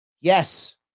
Yes